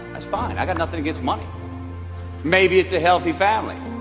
that's fine? i got nothing against money maybe it's a healthy family.